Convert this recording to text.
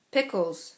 Pickles